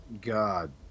god